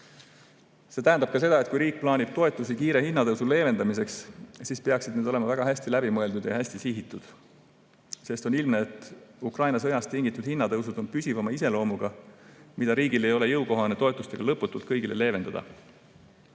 See tähendab ka seda, et kui riik plaanib toetusi kiire hinnatõusu leevendamiseks, siis peaksid need olema väga hästi läbi mõeldud ja hästi sihitud, sest on ilmne, et Ukraina sõjast tingitud hinnatõusud on püsivama iseloomuga ja riigi jaoks ei ole jõukohane neid toetustega lõputult kõigi puhul leevendada.